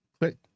click